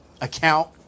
account